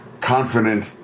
confident